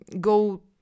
go